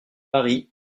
paris